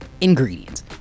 ingredients